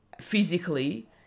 physically